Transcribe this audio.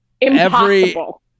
impossible